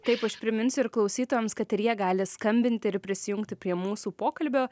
taip aš priminsiu ir klausytojams kad ir jie gali skambinti ir prisijungti prie mūsų pokalbio